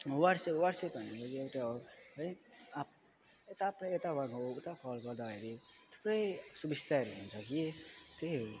WhatsApp WhatsApp भनेको चाहिँ एउटा है आफ्नो उता फर्कँदाखेरि थुप्रै सुबिस्ताहरू हुन्छ कि त्यही हो